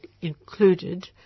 included